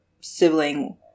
sibling